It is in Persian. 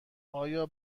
آیا